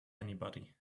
anybody